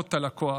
מגבלות על הכוח.